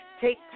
take